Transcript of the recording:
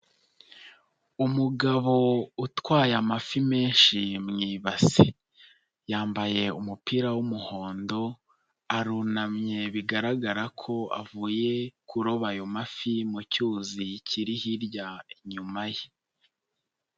Umugabo utwaye amafi menshi mu ibase, yambaye umupira w'umuhondo arunamye bigaragara ko avuye kuroba ayo mafi mu cyuzi kiri hirya inyuma ye.